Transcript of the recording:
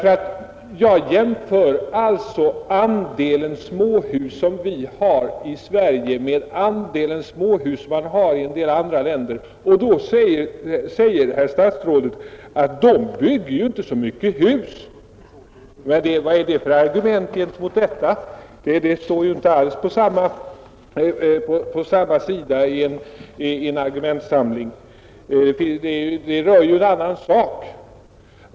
Jag jämför alltså den andel småhus som vi har i Sverige med andelen småhus i en del andra länder. Då säger herr statsrådet att de bygger ju inte så mycket hus. Vad är det för argument gentemot vad jag sade? Det står ju inte alls på samma sida i en argumentsamling. Det rör en annan sak.